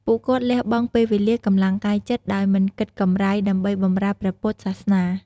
ពួកគាត់លះបង់ពេលវេលា កម្លាំងកាយចិត្ត ដោយមិនគិតកម្រៃ ដើម្បីបម្រើព្រះពុទ្ធសាសនា។